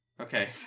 Okay